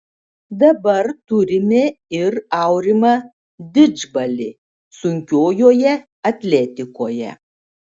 dabar turime ir aurimą didžbalį sunkiojoje atletikoje